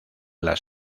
las